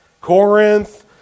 Corinth